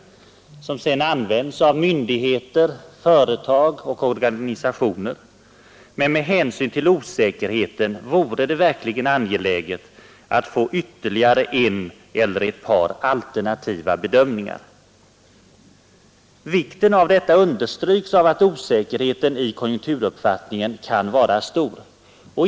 Men med hänsyn till osäkerheten vore det verkligen angeläget att få ytterligare en eller ett par alternativa bedömningar. Vikten av detta understryks av att osäkerheten i konjunkturuppfatt ningen kan vara stor.